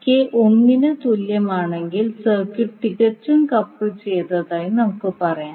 K ഒന്നിന് തുല്യമാണെങ്കിൽ circuit തികച്ചും കപ്പിൾ ചെയ്തതായി നമുക്ക് പറയാം